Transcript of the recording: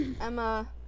Emma